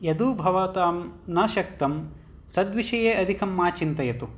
यद् भवतां न शक्तं तद्विषये अधिकं मा चिन्तयतु